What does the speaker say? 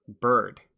bird